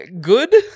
Good